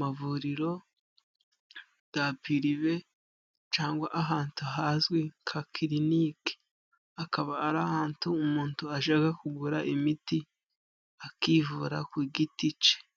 mavuriro ya purive cyangwa ahantu hazwi nka kirinike, akaba ari ahantu umuntu ajya kugura imiti akivura ku giti cye.